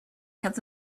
kept